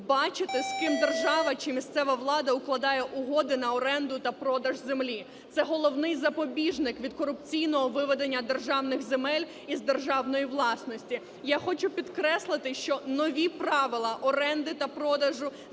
бачити, з ким держава чи місцева влада укладає угоди на оренду та продаж землі. Це головний запобіжник від корупційного виведення державних земель із державної власності. Я хочу підкреслити, що нові правила оренди та продажу